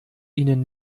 ihnen